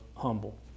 humble